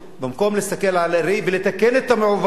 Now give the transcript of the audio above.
במקום להסתכל בראי ולתקן את המעוות,